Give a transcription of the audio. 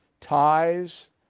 ties